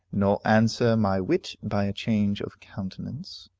nor answer my wit by a change of countenance.